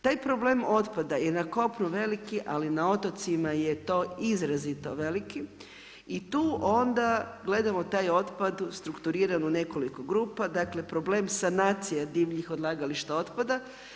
Taj problem otpada je na kopnu veliki ali na otocima je to izrazito veliki i tu onda gledamo taj otpad strukturiran u nekoliko grupa, dakle problem sanacije divljih odlagališta otpada.